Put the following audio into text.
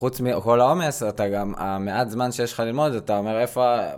חוץ מכל העומס אתה גם, המעט זמן שיש לך ללמוד אתה אומר איפה...